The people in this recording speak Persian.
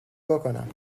بکنم